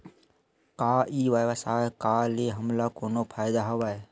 का ई व्यवसाय का ले हमला कोनो फ़ायदा हवय?